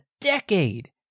decade